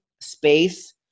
space